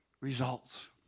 results